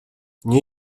nie